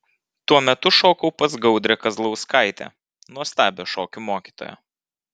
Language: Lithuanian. tuo metu šokau pas gaudrę kazlauskaitę nuostabią šokių mokytoją